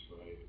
right